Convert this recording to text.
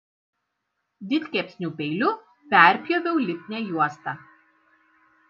didkepsnių peiliu perpjoviau lipnią juostą